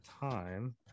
time